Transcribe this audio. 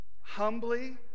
humbly